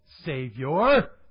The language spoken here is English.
Savior